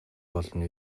болно